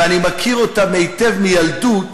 ואני מכיר אותם היטב מילדות,